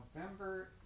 November